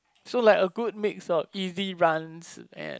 so like a good mix of E_V runs and